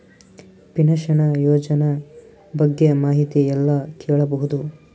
Pension ಯೋಜನ ಬಗ್ಗೆ ಮಾಹಿತಿ ಎಲ್ಲ ಕೇಳಬಹುದು?